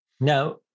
Now